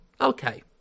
Okay